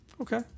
Okay